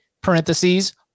parentheses